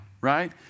Right